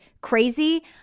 crazy